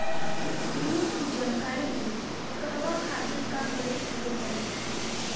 ऋण की जानकारी के कहवा खातिर का करे के पड़ी?